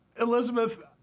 Elizabeth